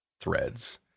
threads